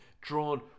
drawn